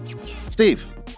Steve